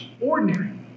Ordinary